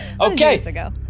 Okay